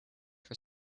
for